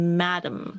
madam